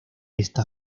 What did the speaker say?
esta